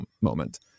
moment